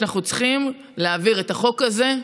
שאנחנו צריכים להעביר את החוק הזה.